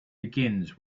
begins